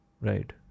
Right